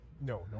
no